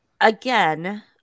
again